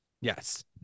yes